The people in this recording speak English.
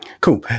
Cool